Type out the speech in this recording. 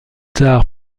tard